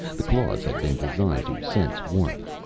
the claws had been designed to sense warmth,